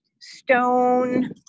stone